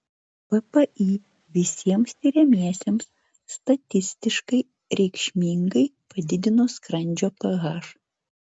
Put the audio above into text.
ppi visiems tiriamiesiems statistiškai reikšmingai padidino skrandžio ph